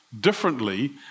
Differently